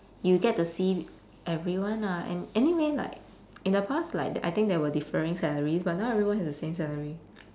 you get to see everyone ah and anyway like in the past like I I think there were differing salaries but now everyone has the same salary